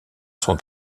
sont